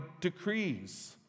decrees